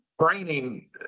training